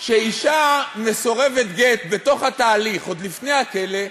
שאישה מסורבת גט בתוך התהליך, עוד לפני הכלא,